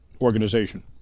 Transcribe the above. organization